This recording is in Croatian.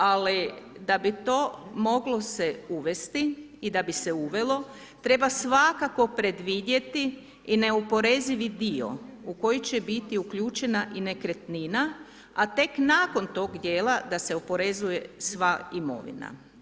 Ali da bi to moglo se uvesti i da bi se uvelo, treba svakako predvidjeti i neoporezivi dio u koji će biti uključena i nekretnina, a tek nakon tog dijela da se oporezuje sva imovina.